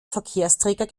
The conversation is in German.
verkehrsträger